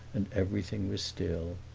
and everything was still.